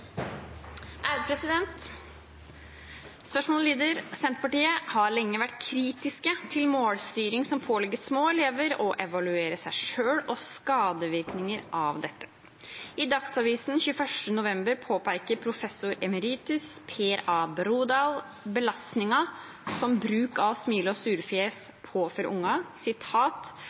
spørretimen omme. Spørsmålet lyder: «Senterpartiet har lenge vært kritisk til målstyring som pålegger små elever å evaluere seg selv, og skadevirkninger av dette. I Dagsavisen 21. november påpeker professor emeritus Per A. Brodal belastningen som bruk av evalueringer med smile- og